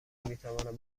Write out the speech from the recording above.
میتواند